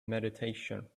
meditation